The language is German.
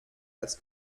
als